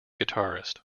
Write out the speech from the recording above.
guitarist